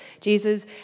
Jesus